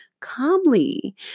calmly